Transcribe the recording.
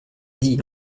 dit